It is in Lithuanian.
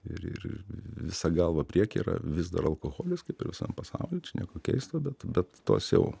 ir ir ir visa galva priekyje yra vis dar alkoholis kaip ir visam pasauly čia nieko keista bet bet tos jau